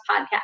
podcast